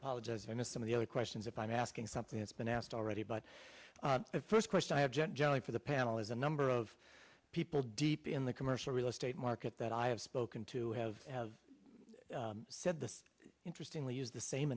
apologize i know some of the other questions if i'm asking something that's been asked already but the first question i have generally for the panel is a number of people deep in the commercial real estate market that i have spoken to have said the interesting we use the same